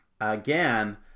again